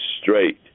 straight